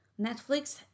Netflix